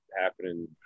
happening